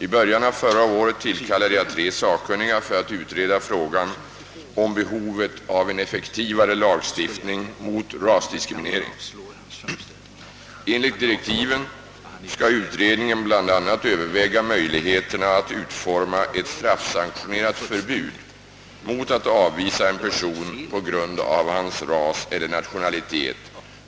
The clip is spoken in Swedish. I början av förra året tillkallade jag tre sakkunnige för att utreda frågan om behovet av er effektivare lagstiftning mot rasdiskri minering. Enligt direktiven skall utredningen bl.a. överväga möjligheterna att utforma ett straffsanktionerat förbud mot att avvisa en person på grund av hans ras eller nationalitet